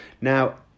Now